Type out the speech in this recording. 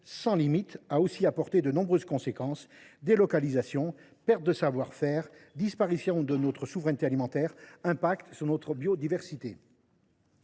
sans limites a aussi de nombreuses conséquences : délocalisation, perte de savoir faire, disparition de notre souveraineté alimentaire, effets sur notre biodiversité.